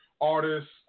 artists